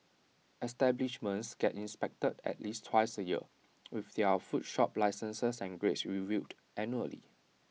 establishments get inspected at least twice A year with their food shop licences and grades reviewed annually